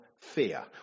fear